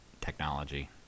technology